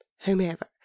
whomever